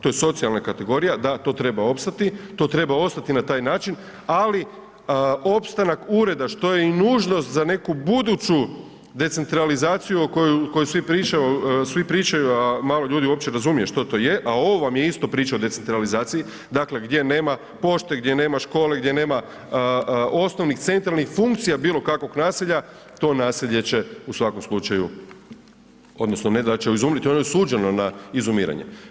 To je socijalna kategorija, da to treba opstati, to treba ostati na taj način, ali opstanak ureda što je i nužnost za neku buduću decentralizaciju o kojoj svi pričaju, a malo ljudi uopće razumije što to je, a ovo vam je isto priča o decentralizaciji, dakle gdje nema pošte, gdje nema škole, gdje nema osnovnih funkcija bilo kakvog naselja, to naselje će u svakom slučaju odnosno ne da će izumrijeti ono je osuđeno na izumiranje.